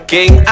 King